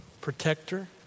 protector